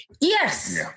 Yes